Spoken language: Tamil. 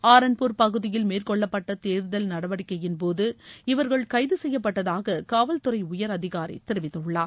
ஆரன்பூர் பகுதியில் மேற்கொள்ளப்பட்ட தேடுதல் நடவடிக்கையின்போது இவர்கள் கைது செய்யப்பட்டதாக காவல்துறை உயர் அதிகாரி தெரிவித்துள்ளார்